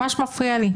ממש מפריע לי.